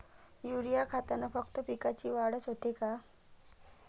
Urea खतानं फक्त पिकाची वाढच होते का?